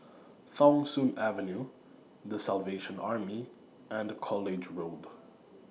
Thong Soon Avenue The Salvation Army and College Road